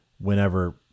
whenever